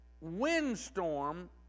windstorm